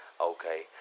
Okay